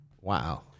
Wow